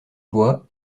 bois